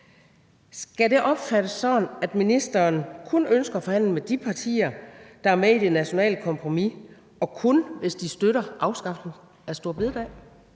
Skal det opfattes sådan, at ministeren kun ønsker at forhandle med de partier, der er med i det nationale kompromis, og kun, hvis de støtter afskaffelsen af store bededag?